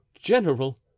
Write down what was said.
general